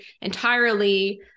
entirely